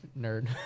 Nerd